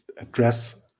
address